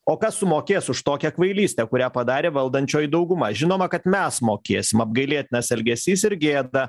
o kas sumokės už tokią kvailystę kurią padarė valdančioji dauguma žinoma kad mes mokėsim apgailėtinas elgesys ir gėda